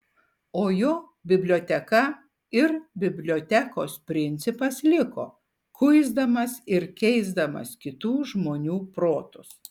o jo biblioteka ir bibliotekos principas liko kuisdamas ir keisdamas kitų žmonių protus